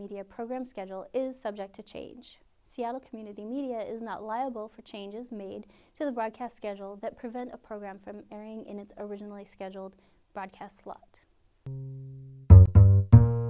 media program schedule is subject to change seattle community media is not liable for changes made to the broadcast schedule that prevent a program from airing in its originally scheduled broadcast